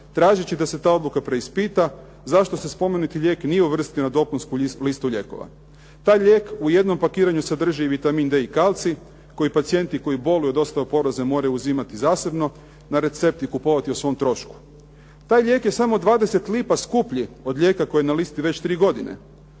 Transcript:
tražeći da se ta odluka preispita zašto se spomenuti lijek nije uvrstio na dopunsku listu lijekova? Taj lijek u jednom pakiranju sadrži i vitamin D i kalcij koji pacijenti koji boluju od osteoporoze moraju uzimati zasebno na recept i kupovati o svom trošku. Taj lijek je samo 20 lipa skuplji od lijeka koji je na listi već tri godine.